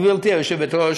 גברתי היושבת-ראש,